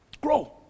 Grow